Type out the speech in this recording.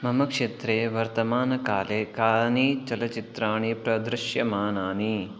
मम क्षेत्रे वर्तमानकाले कानि चलच्चित्राणि प्रदृश्यमानानि